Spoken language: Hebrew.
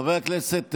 חברות וחברי הכנסת,